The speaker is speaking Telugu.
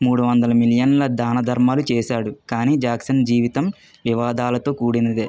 మూడు వందలు మిలియన్ల దానధర్మాలు చేశాడు కానీ జాక్సన్ జీవితం వివాదాలతో కూడినదే